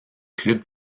club